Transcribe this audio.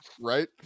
Right